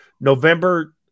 November